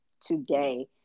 today